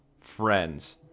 friends